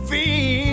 Feel